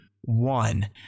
one